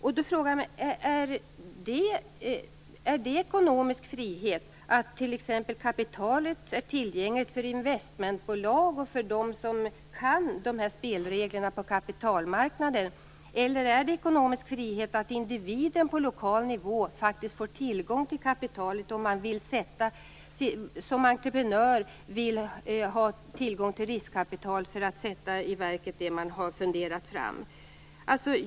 Då frågar jag mig: Är det ekonomisk frihet att t.ex. kapitalet är tillgängligt för investmentbolag och för dem som kan spelreglerna på kapitalmarknaden? Eller är det ekonomisk frihet att individer på lokal nivå faktiskt får tillgång till riskkapital om de som entreprenörer vill sätta i verket det de har funderat fram?